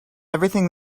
everything